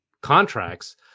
contracts